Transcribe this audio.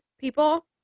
people